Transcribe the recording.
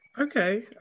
Okay